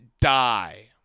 die